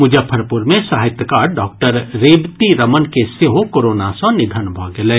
मुजफ्फरपुर मे साहित्यकार डॉक्टर रेवती रमन के सेहो कोरोना सँ निधन भऽ गेलनि